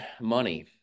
money